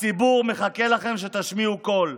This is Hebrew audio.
הציבור מחכה לכם שתשמיעו קול,